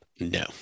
No